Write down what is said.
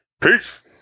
Peace